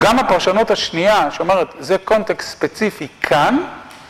גם הפרשנות השנייה שאומרת זה קונטקסט ספציפי כאן